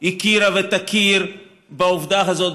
הכירה ותכיר בעובדה הזאת,